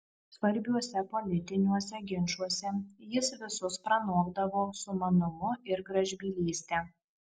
svarbiuose politiniuose ginčuose jis visus pranokdavo sumanumu ir gražbylyste